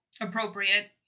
appropriate